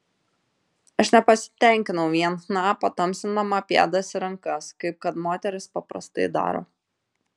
aš nepasitenkinau vien chna patamsindama pėdas ir rankas kaip kad moterys paprastai daro